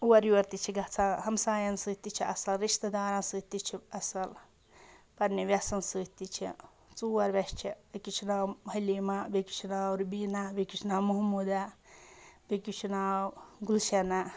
اورٕ یورٕ تہِ چھِ گژھان ہمساین سۭتۍ تہِ چھِ اَصٕل رِشتہٕ دارَن سۭتۍ تہِ چھِ اَصٕل پَننہِ وٮ۪سَن سۭتۍ تہِ چھِ ژور وی۪س چھِ أکِس چھُ ناو حلیٖما بیٚکِس چھُ ناو رُبیٖنا بیٚکِس چھُ ناو محموٗدہ بیٚکِس چھُ ناو گُلشنہ